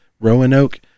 Roanoke